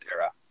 era